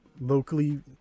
locally